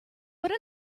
but